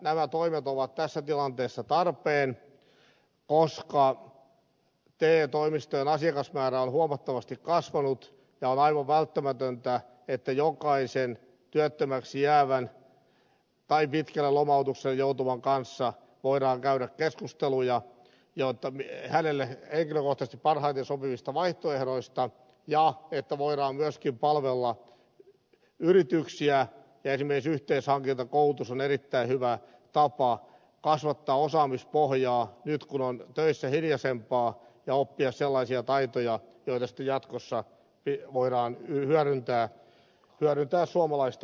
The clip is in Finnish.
nämä toimet ovat tässä tilanteessa tarpeen koska te toimistojen asiakasmäärä on huomattavasti kasvanut ja on aivan välttämätöntä että jokaisen työttömäksi jäävän tai pitkälle lomautukselle joutuvan kanssa voidaan käydä keskusteluja hänelle henkilökohtaisesti parhaiten sopivista vaihtoehdoista ja että voidaan myöskin palvella yrityksiä ja esimerkiksi yhteishankintakoulutus on erittäin hyvä tapa kasvattaa osaamispohjaa nyt kun on töissä hiljaisempaa ja oppia sellaisia taitoja joita sitten jatkossa voidaan hyödyntää suomalaisten hyväksi